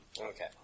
Okay